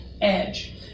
edge